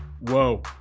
Whoa